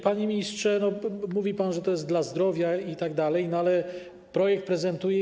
Panie ministrze, mówi pan, że to jest dla zdrowia itd., ale projekt prezentuje.